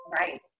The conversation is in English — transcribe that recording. Right